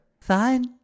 Fine